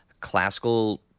classical